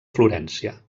florència